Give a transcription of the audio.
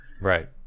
Right